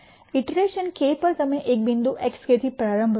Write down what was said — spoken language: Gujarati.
ઇટરેશન k પર તમે એક બિંદુ xk થી પ્રારંભ કરો